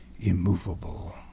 immovable